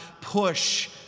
push